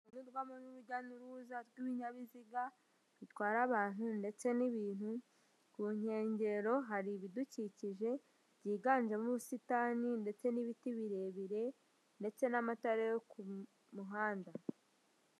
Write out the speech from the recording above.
urujya n'uruza rw'ibinyabiziga bitwara abantu ndetse n'ibintu ku nkengero hari ibidukikije byiganjemo ;ubusitani, biti birebire ndetse n'amatara yo ku muhanda.